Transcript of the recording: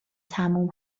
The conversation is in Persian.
تموم